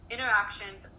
interactions